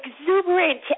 exuberant